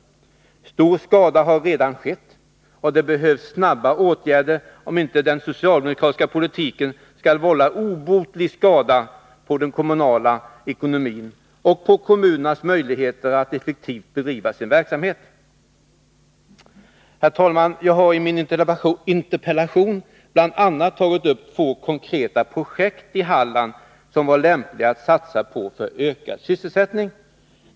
Stor skada har redan skett, och det behövs snabba åtgärder, om inte den socialdemokratiska politiken skall vålla obotlig skada på den kommunala ekonomin och kommunernas möjligheter att effektivt bedriva sin verksamhet. Herr talman! Jag hade i min interpellation bl.a. tagit upp två konkreta projekt i Halland som var lämpliga att satsa på för ökad sysselsättning.